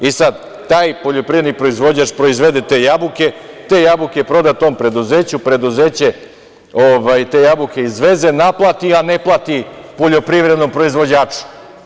I sad, taj poljoprivredni proizvođač proizvede te jabuke, te jabuke proda tom preduzeću, preduzeće te jabuke izveze, naplati, a ne plati poljoprivrednom proizvođaču.